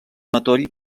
matoll